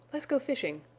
let's go fishing!